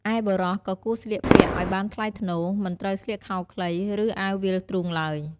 ឯបុរសក៏គួរស្លៀកពាក់ឲ្យបានថ្លៃថ្នូរ មិនត្រូវស្លៀកខោខ្លី ឬអាវវាលទ្រូងឡើយ។